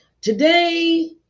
Today